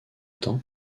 temps